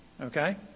Okay